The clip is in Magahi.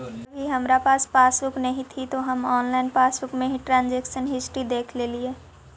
अभी हमारा पास पासबुक नहीं थी तो हम ऑनलाइन पासबुक में ही ट्रांजेक्शन हिस्ट्री देखलेलिये